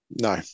No